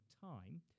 time